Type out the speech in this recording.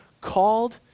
called